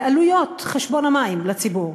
בעלויות חשבון המים לציבור,